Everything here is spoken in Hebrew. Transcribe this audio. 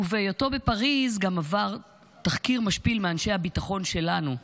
ובהיותו בפריז גם עבר תחקיר משפיל מאנשי הביטחון שלנו,